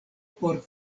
por